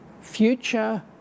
Future